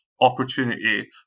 opportunity